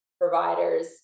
providers